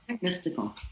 mystical